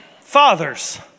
fathers